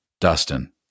Dustin